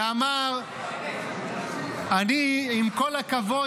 -- בא השר לשעבר משה נסים ואמר: עם כל הכבוד,